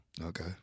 Okay